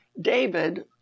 David